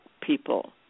people